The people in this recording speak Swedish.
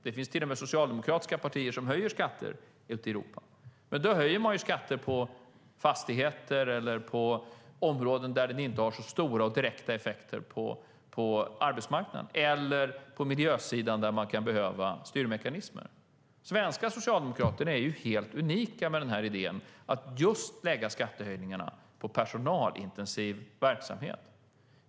Det finns till och med socialdemokratiska partier som höjer skatter i Europa, men då höjer de skatter på fastigheter eller på områden där de inte har så stora och direkta effekter på arbetsmarknaden, eller så höjer man på miljösidan där det kan behövas styrmekanismer. De svenska Socialdemokraterna är helt unika med idén att lägga skattehöjningarna på personalintensiv verksamhet.